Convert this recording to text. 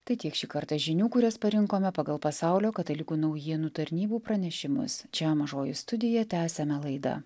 tai tiek šį kartą žinių kurias parinkome pagal pasaulio katalikų naujienų tarnybų pranešimus čia mažoji studija tęsiame laidą